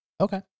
Okay